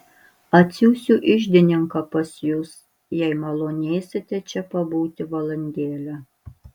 atsiųsiu iždininką pas jus jei malonėsite čia pabūti valandėlę